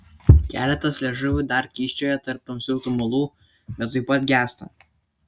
keletas liežuvių dar kyščioja tarp tamsių tumulų bet tuoj pat gęsta